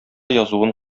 язуын